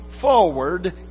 forward